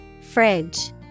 Fridge